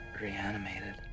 reanimated